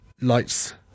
lights